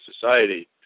society